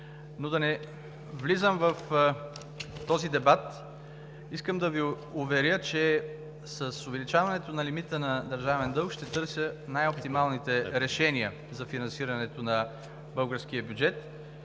Да не влизам в този дебат. Искам да Ви уверя, че с увеличаването на лимита на държавен дълг ще търся най-оптималните решения за финансирането на българския бюджет